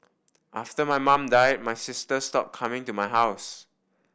after my mum died my sister stopped coming to my house